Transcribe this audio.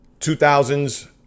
2000s